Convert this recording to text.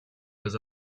was